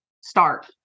Start